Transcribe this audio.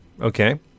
Okay